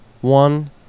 one